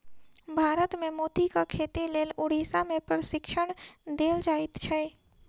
भारत मे मोतीक खेतीक लेल उड़ीसा मे प्रशिक्षण देल जाइत छै